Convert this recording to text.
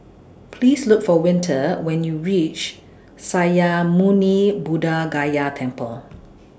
Please Look For Winter when YOU REACH Sakya Muni Buddha Gaya Temple